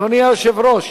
אדוני היושב-ראש,